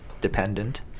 dependent